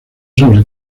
sobre